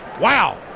Wow